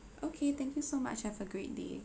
okay thank you so much have a great day